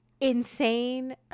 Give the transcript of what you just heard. insane